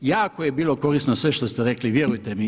Jako je bilo korisno sve što ste rekli, vjerujte mi.